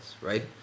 right